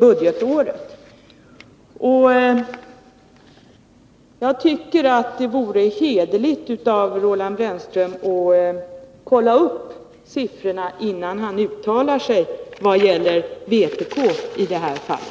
budgetåret. Jag tycker det vore hederligt av Roland Brännström att kolla upp siffrorna, innan han uttalar sig om vpk:s ställningstagande i det här fallet.